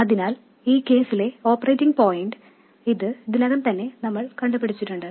അതിനാൽ ഈ കേസിലെ ഓപ്പറേറ്റിംഗ് പോയിൻറ് ഇത് ഇതിനകം തന്നെ നമ്മൾ കണ്ടുപിടിച്ചിട്ടുണ്ട്